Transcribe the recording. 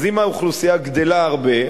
אז אם האוכלוסייה גדלה הרבה,